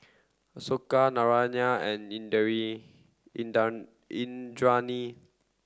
Ashoka Narayana and Indranee